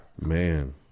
man